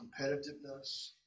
competitiveness